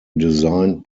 designed